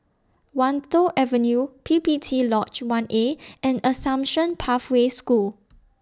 Wan Tho Avenue P P T Lodge one A and Assumption Pathway School